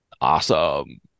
Awesome